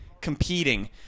competing